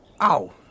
Ow